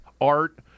Art